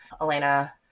Elena